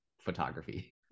photography